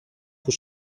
που